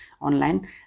online